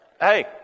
Hey